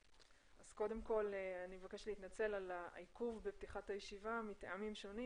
אני מבקשת להתנצל על העיכוב בפתיחת הישיבה מטעמים שונים,